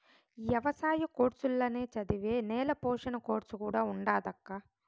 ఎవసాయ కోర్సుల్ల నే చదివే నేల పోషణ కోర్సు కూడా ఉండాదక్కా